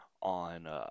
on